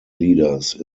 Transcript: leaders